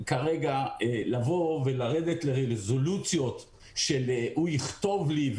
כרגע לרדת לרזולוציות של הוא יכתוב לי,